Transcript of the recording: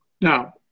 Now